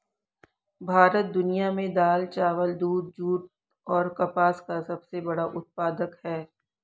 भारत दुनिया में दाल, चावल, दूध, जूट और कपास का सबसे बड़ा उत्पादक है